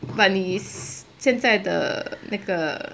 but 你现在的那个